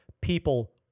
people